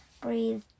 breathe